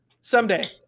someday